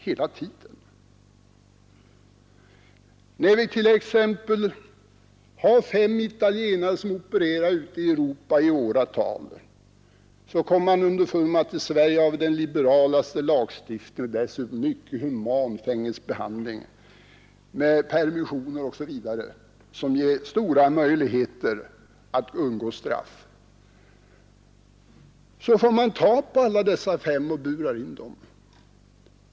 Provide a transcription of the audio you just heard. Fem italienare opererar t.ex. ute i Europa i åratal, men kommer så underfund med att Sverige har den liberalaste lagstiftningen och dessutom en mycket human fängelsebehandling med permissioner och andra förmåner som ger stora möjligheter att komma lindrigt undan. Man lyckas gripa alla dessa fem och burar in dem.